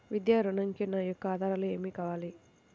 విద్యా ఋణంకి నా యొక్క ఆధారాలు ఏమి కావాలి?